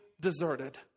deserted